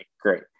Great